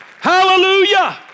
Hallelujah